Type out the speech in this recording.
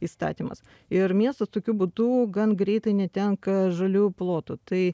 įstatymas ir miestas tokiu būdu gan greitai netenka žaliųjų plotų tai